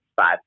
five